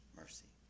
mercy